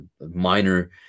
minor